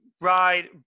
ride